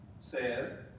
says